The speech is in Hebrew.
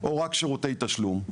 או רק שירותי תשלום.